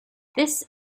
this